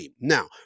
Now